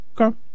Okay